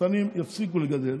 הקטנים יפסיקו לגדל